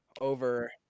over